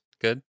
good